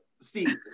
Steve